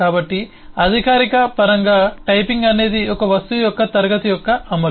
కాబట్టి అధికారిక పరంగా టైపింగ్ అనేది ఒక వస్తువు యొక్క క్లాస్ యొక్క అమలు